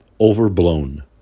Overblown